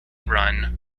run